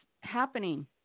happening